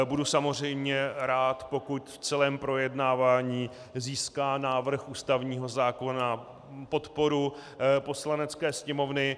Budu samozřejmě rád, pokud v celém projednávání získá návrh ústavního zákona podporu Poslanecké sněmovny.